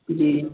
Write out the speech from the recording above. جی